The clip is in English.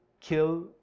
kill